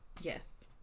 Yes